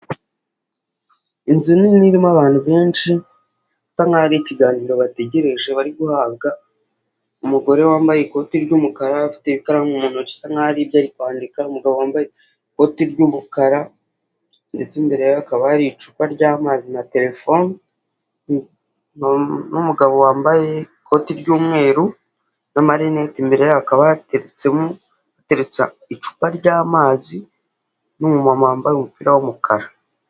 Inzu nini irimo abantu benshi, basa mwari ikiganiro bategereje bari guhabwa, umugore wambaye ikoti ry'umukara afite ikaramu mu ntoki asa nkaho hari ibyo arikwandika, umugabo wambaye ikoti ry'umukara, ndetse imbere akaba yari icupa ry'amazi na telefone n'umugabo wambaye ikoti ry'umweru n'amarinete, imbere yabo hakaba hategetsemo keretse icupa ry'amazi n'umumama wambaye umupira w'umukara.